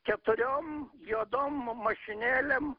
keturiom juodom mašinėlėm